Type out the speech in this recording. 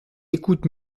écoute